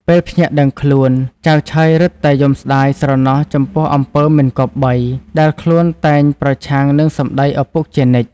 ពេលភ្ញាក់ដឹងខ្លួន ចៅឆើយរឹតតែយំស្តាយស្រណោះចំពោះអំពើមិនគប្បី ដែលខ្លួនតែងប្រឆាំងនឹងសម្តីឪពុកជានិច្ច ។